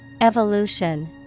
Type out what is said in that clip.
Evolution